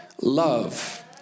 love